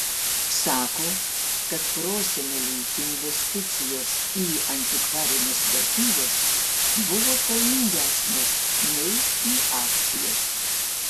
sako kad proseneliui investicijos į antikvarines vertybes buvo pelningesnės nei į akcijas